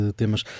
temas